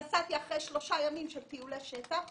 נסעתי עם ילדים אחרי שלושה ימים של טיולי בשטח,